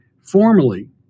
formally